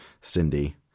Cindy